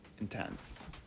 intense